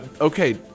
okay